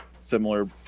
similar